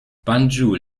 banjul